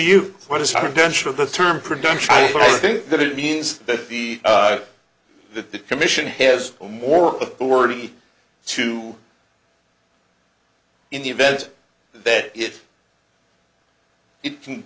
you what is our attention of the term production but i think that it means that the that the commission has more of forty two in the event that it it can